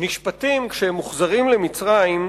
נשפטים כשהם מוחזרים למצרים,